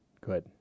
good